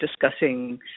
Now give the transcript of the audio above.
discussing